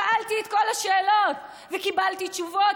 שאלתי את כל השאלות וקיבלתי תשובות,